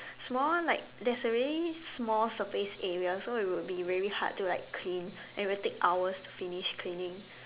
small one like there's already small surface area so it'll be really hard to clean and it would take hours to finish cleaning